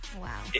Wow